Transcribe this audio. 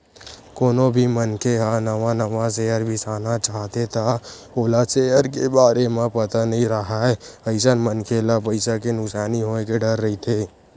कोनो भी मनखे ह नवा नवा सेयर बिसाना चाहथे त ओला सेयर के बारे म पता नइ राहय अइसन मनखे ल पइसा के नुकसानी होय के डर रहिथे